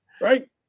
right